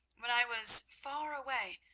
when i was far away,